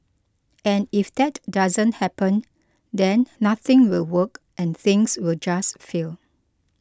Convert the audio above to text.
and if that doesn't happen then nothing will work and things will just fail